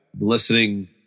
listening